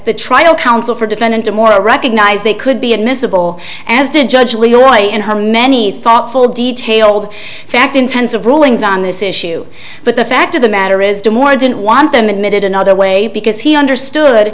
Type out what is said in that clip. the trial counsel for defendant a more recognized they could be admissible as did judge leroy and her many thoughtful detailed fact intensive rulings on this issue but the fact of the matter is due more i didn't want them admitted another way because he understood